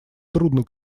трудно